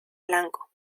blanco